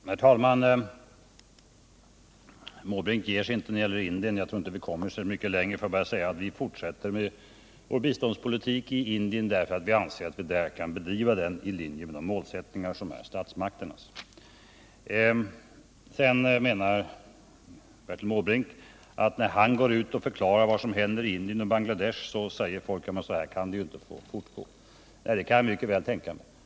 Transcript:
Herr talman! Herr Måbrink ger sig inte när det gäller Indien. Men jag tror att vi inte kommer så mycket längre. Sverige fortsätter sin biståndspolitik i Indien, därför att vi anser att vi där kan bedriva den i linje med statsmakternas målsättningar. När herr Måbrink förklarar vad som händer i Indien och Bangladesh, säger folk att så kan det inte få fortgå. Det kan jag mycket väl tänka mig.